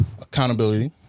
accountability